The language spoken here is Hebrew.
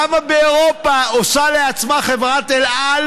למה באירופה עושה לעצמה חברת אל על